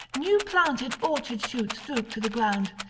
new planted orchard-shoots droop to the ground,